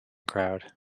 crowd